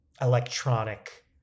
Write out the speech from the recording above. electronic